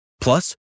Plus